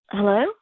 Hello